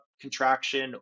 contraction